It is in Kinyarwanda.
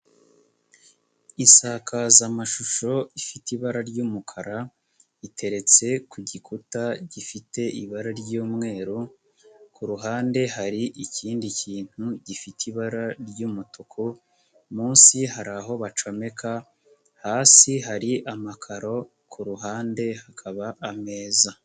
Isakazamashusho ifite ibara ry'umukara, iteretse ku gikuta gifite ibara ry'umweru, ku ruhande hari ikindi kintu gifite ibara ry'umutuku, munsi hari aho bacomeka, hasi hari amakaro ku ruhande hakaba ameza.